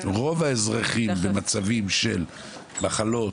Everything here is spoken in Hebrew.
רוב האזרחים במצבים של מחלות,